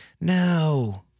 no